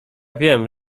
wiem